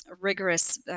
rigorous